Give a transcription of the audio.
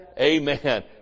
Amen